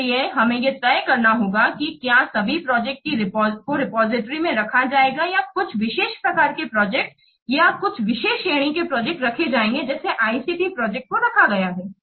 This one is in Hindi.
इसलिए हमें यह तय करना होगा कि क्या सभी प्रोजेक्ट को रिपॉजिटरी में रखा जाएगा या कुछ विशेष प्रकार के प्रोजेक्ट या कुछ विशेष श्रेणी के प्रोजेक्ट रखे जायेंगे जैसे ICT प्रोजेक्ट को रखा गया है